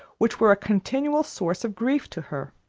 which were a continual source of grief to her.